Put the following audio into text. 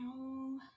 No